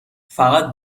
فقط